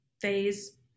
phase